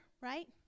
right